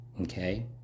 okay